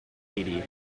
eighty